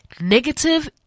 negative